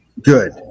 good